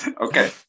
Okay